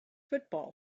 football